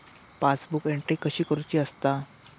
Passbook entry कशी करुची असता?